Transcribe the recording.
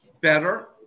better